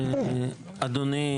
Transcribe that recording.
אדוני